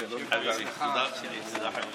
הוא המורה שלי לפילוסופיה.